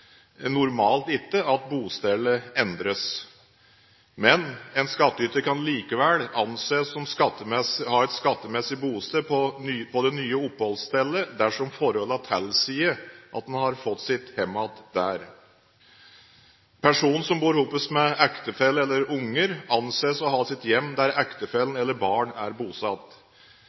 normalt ikke at bostedet endres. Men en skattyter kan likevel anses å ha et skattemessig bosted på det nye oppholdsstedet dersom forholdene tilsier at en har fått sitt hjem der. Personer som bor sammen med ektefelle eller barn, anses å ha sitt hjem der ektefelle eller barn er bosatt.